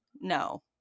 no